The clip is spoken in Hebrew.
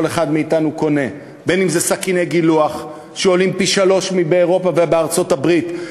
אחד מאתנו קונה להיות פי-שלושה מבאירופה ובארצות-הברית,